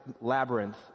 Labyrinth